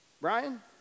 Brian